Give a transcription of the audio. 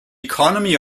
economy